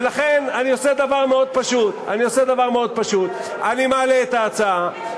ולכן אני עושה דבר מאוד פשוט: אני מעלה את ההצעה,